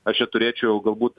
aš čia turėčiau galbūt